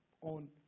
on